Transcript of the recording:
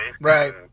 Right